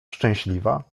szczęśliwa